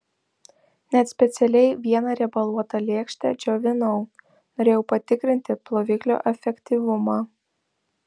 net specialiai vieną riebaluotą lėkštę džiovinau norėjau patikrinti ploviklio efektyvumą